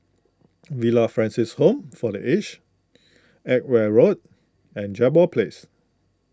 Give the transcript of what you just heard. Villa Francis Home for the Aged Edgware Road and Jambol Place